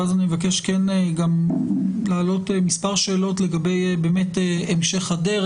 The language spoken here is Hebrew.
ואז אבקש להעלות מספר שאלות לגבי המשך הדרך.